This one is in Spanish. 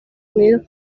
unidos